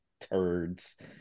turds